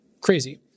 Crazy